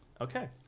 Okay